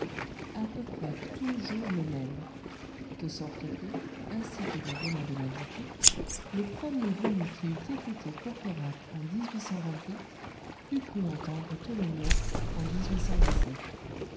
à peu près toujours le même de sorte que ainsi que nous venons de l'indiquer le premier venu qui eût écouté courfeyrac en eût cru entendre tholomyès en